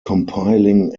compiling